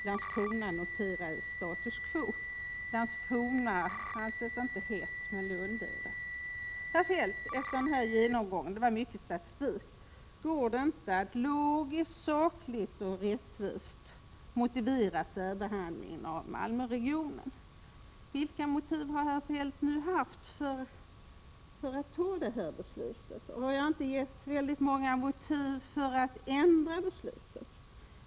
Landskrona noterade status quo. Situationen i Landskrona anses inte het men situationen i Lund är det. Efter den här redovisade statistiken går det inte, herr Feldt, att logiskt, sakligt och rättvist motivera särbehandlingen av Malmöregionen. Vilka motiv har herr Feldt haft för att fatta det här beslutet? Och har jag inte givit många motiv för att beslutet bör ändras?